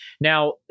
Now